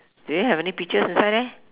do you have any peaches inside there